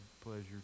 pleasure